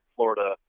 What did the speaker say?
Florida